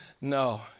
No